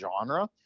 genre